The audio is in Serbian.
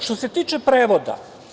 Što se tiče prevoda.